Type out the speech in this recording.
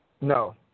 No